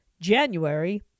January